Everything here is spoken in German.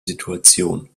situation